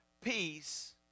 peace